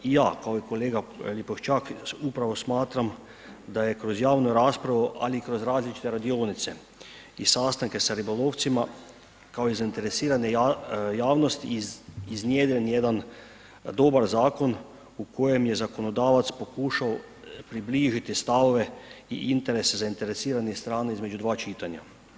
Ja kao i kolega Lipošćak upravo smatram da je kroz javnu raspravu ali i kroz različite radionice i sastanke sa ribolovcima kao i zainteresirane javnosti, iznjedren jedan dobar zakon u kojem je zakonodavac pokušao približiti stavove i interese zainteresiranih strana između dva čitanja.